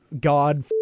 God